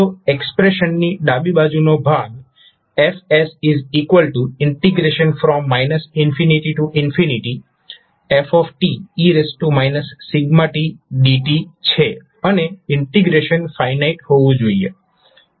તો એક્સપ્રેશનની ડાબી બાજુનો ભાગ F f e tdt છે અને ઇન્ટિગ્રેશન ફાઇનાઇટ હોવું જોઈએ